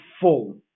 full